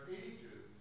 ages